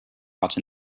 out